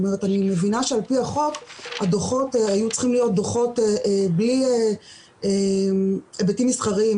אני מבינה שעל פי החוק הדוחות היו צריכים להיות בלי היבטים מסחריים